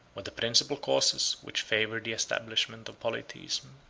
were the principal causes which favored the establishment of polytheism.